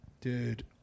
dude